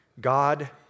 God